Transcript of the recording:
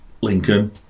Lincoln